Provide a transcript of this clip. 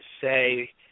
say